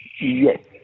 Yes